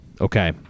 Okay